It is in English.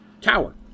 tower